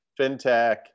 FinTech